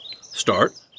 Start